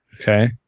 Okay